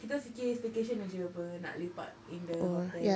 kita fikir staycation jer apa nak lepak in the hotel